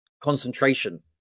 concentration